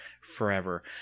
forever